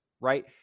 right